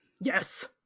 Yes